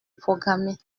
programmée